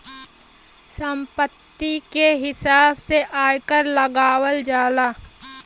संपत्ति के हिसाब से आयकर लगावल जाला